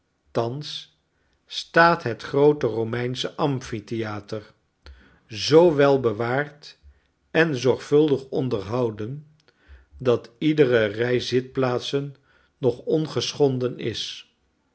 thans staat het groote romeinsche amphitheater zoo wel bewaard enzorgvuldig onderhouden dat iedere rij zitplaatsen nog ongeschonden is